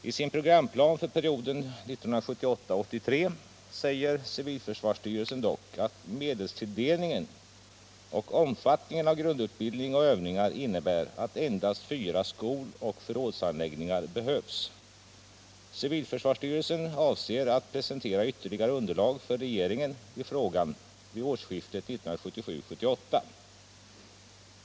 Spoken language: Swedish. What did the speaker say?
I sin programplan för perioden 1978-1983 säger civilförsvarsstyrelsen dock att medelstilldelningen och omfattningen av grundutbildning och övningar innebär att endast fyra skoloch förrådsanläggningar behövs. Civilförsvarsstyrelsen avser att presentera ytterligare underlag för regeringen i frågan vid årsskiftet 1977-1978.